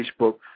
Facebook